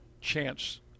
chance